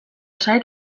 zait